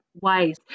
ways